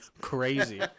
crazy